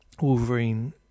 Wolverine